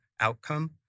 outcome